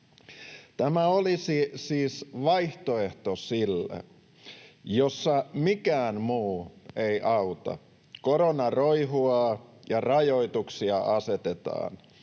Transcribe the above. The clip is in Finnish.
Tämä olisi siis vaihtoehto sille, kun mikään muu ei auta: korona roihuaa, ja rajoituksia asetetaan.